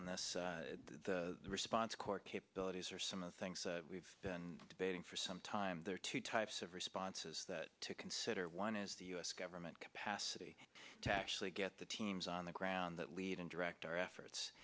on this the response corps capabilities or some of the things we've been debating for some time there are two types of responses to consider one is the u s government capacity to actually get the teams on the ground that lead and direct our efforts